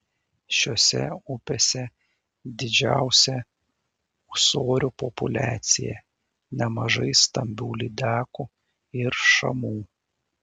šiose upėse didžiausia ūsorių populiacija nemažai stambių lydekų ir šamų